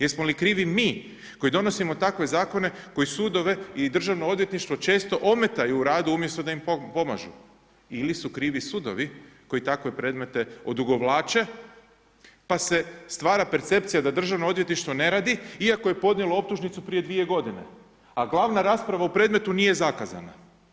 Jesmo li krivi mi koji donosimo takve zakone koji sudove i državno odvjetništvo često ometaju u radu umjesto da im pomažu ili su krivi sudovi koji takve predmete odugovlače pa se stvara percepcija da državno odvjetništvo iako je podnijelo optužnicu prije dvije godine, a glavna rasprava u predmetu nije zakazana.